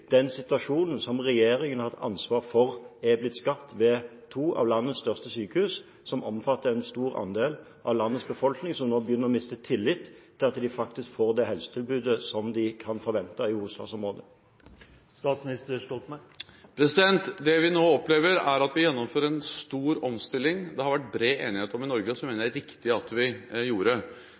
den situasjonen som regjeringen har ansvar for, som er blitt skapt ved to av landets største sykehus? Disse omfatter en stor andel av landets befolkning, og som nå begynner å miste tillit til at de faktisk får det helsetilbudet de kan forvente i hovedstadsområdet. Det vi nå opplever, er at vi gjennomfører en stor omstilling det har vært bred enighet om i Norge, og som vi mener at det er riktig at vi gjorde,